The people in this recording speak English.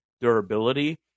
durability